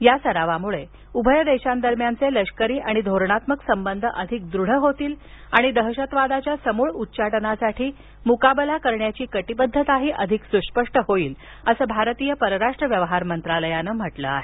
या सरावामुळे उभय देशांदरम्यानचे लष्करी आणि धोरणात्मक संबंध अधिक दृढ होतील आणि दहशतवादाच्या समूळ उच्चाटनासाठी मुकाबला करण्याची कटिबद्धताही अधिक सुस्पष्ट होईल असे भारतीय परराष्ट्र व्यवहार मंत्रालयाने म्हटले आहे